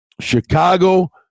Chicago